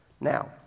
Now